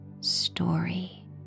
story